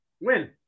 win